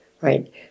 Right